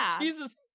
jesus